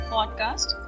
Podcast